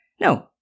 No